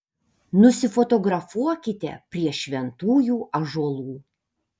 nusifotografuokite prie šventųjų ąžuolų